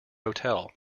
hotel